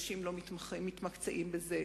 אנשים לא מתמקצעים בזה.